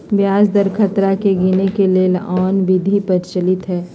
ब्याज दर खतरा के गिनेए के लेल आन आन विधि प्रचलित हइ